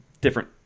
different